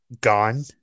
Gone